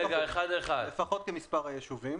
לפחות כמספר הישובים.